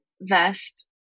vest